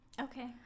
Okay